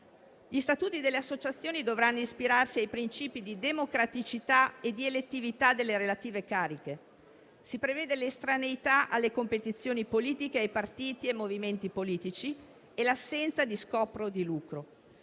Gli statuti delle associazioni dovranno ispirarsi ai principi di democraticità e di elettività delle relative cariche. Si prevede l'estraneità alle competizioni politiche, ai partiti, ai movimenti politici e l'assenza di scopo di lucro.